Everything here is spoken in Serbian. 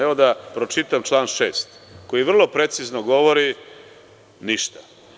Evo, da pročitam član 6, koji vrlo precizno govori - ništa.